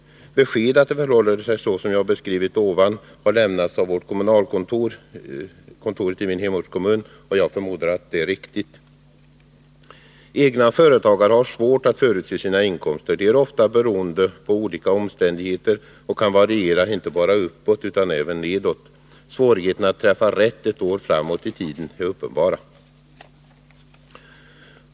Besked om att det förhåller sig så som jag beskrivit har lämnats av kommunalkontoret i min hemortskommun, och jag förmodar att det är riktigt. Egna företagare har svårt att förutse sina inkomster. De är ofta beroende av olika omständigheter, och inkomsterna kan variera inte bara uppåt utan även nedåt. Svårigheterna att träffa rätt ett år framåt i tiden är uppenbara.